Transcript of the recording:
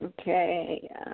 Okay